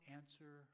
answer